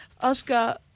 Oscar